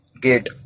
gate